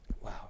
Wow